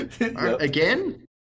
Again